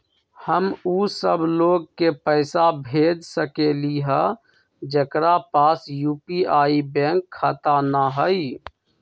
हम उ सब लोग के पैसा भेज सकली ह जेकरा पास यू.पी.आई बैंक खाता न हई?